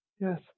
Yes